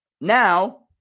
now